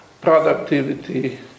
productivity